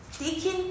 Taking